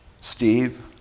Steve